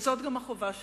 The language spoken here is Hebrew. וזו גם החובה שלנו: